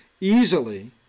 easily